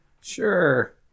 Sure